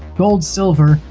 gold-silver,